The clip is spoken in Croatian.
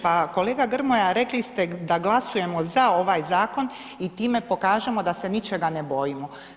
Pa kolega Grmoja, rekli ste da glasujemo za ovaj zakon i time pokažemo da se ničega ne bojimo.